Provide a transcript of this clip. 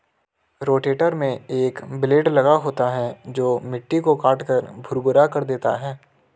rotator में एक blade लगा होता है जो मिट्टी को काटकर भुरभुरा कर देता है